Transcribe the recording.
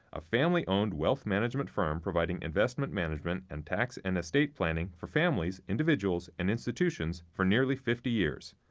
a family owned wealth management firm providing investment management and tax and estate planning for families, individuals, and institutions for nearly fifty years.